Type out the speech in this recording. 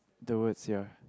the word sia